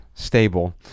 stable